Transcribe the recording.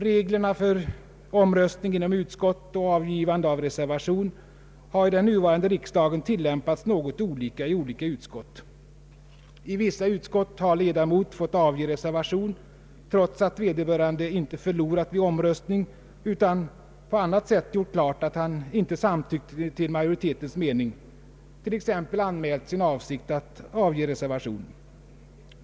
Reglerna för omröstning inom utskott och avgivande av reservation har i den nuvarande riksdagen tillämpats något olika i olika utskott. I vissa utskott har ledamot fått avge reservation trots att vederbörande inte förlorat vid omröstning utan på annat sätt gjort klart, att han inte samtyckt till majoritetens mening, t.ex. anmält sin avsikt att avge reservation.